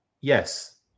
yes